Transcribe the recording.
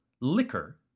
liquor